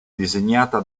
disegnata